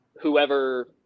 whoever